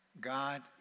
God